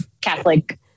Catholic